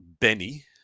Benny